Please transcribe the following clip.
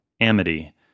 Amity